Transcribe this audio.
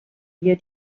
hier